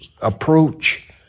approach